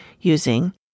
using